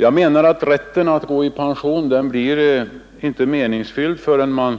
Jag anser att rätten att gå i pension inte blir meningsfylld, förrän man